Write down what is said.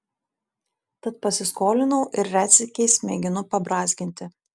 tad pasiskolinau ir retsykiais mėginu pabrązginti